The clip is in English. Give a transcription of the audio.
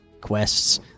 quests